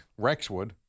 Rexwood